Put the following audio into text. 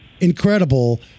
incredible